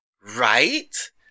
Right